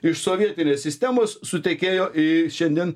iš sovietinės sistemos sutekėjo į šiandien